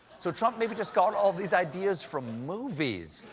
so trump maybe just got all these ideas from movies.